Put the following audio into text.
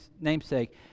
namesake